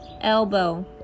elbow